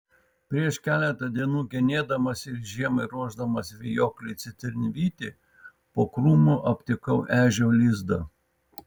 prieš keletą dienų genėdamas ir žiemai ruošdamas vijoklį citrinvytį po krūmu aptikau ežio lizdą